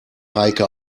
heike